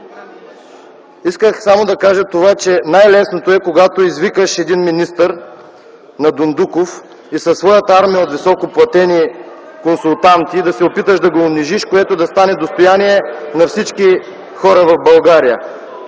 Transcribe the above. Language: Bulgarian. Исках само да кажа това - най-лесното е, когато извикаш един министър на „Дондуков”, със своята армия от високоплатени консултанти да се опиташ да го унижиш и това да стане достояние на всички хора в България.